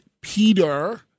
Peter